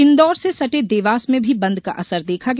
इंदौर से सटे देवास में भी बंद का असर देखा गया